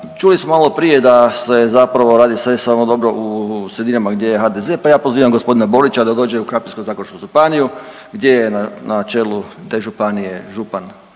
čuli smo malo prije da se zapravo radi sve samo dobro u sredinama gdje je HDZ, pa ja pozivam gospodina Borića da dođe u Krapinsko-zagorsku županiju gdje je na čelu te županije župan